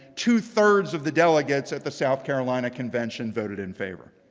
two-thirds of the delegates at the south carolina convention voted in favor.